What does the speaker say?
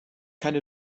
keine